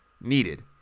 needed